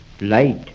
light